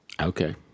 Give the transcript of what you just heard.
Okay